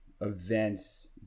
events